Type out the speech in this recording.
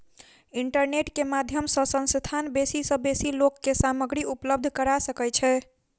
internet के माध्यम सॅ संस्थान बेसी सॅ बेसी लोक के सामग्री उपलब्ध करा सकै छै